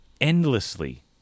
endlessly